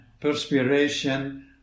perspiration